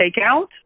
takeout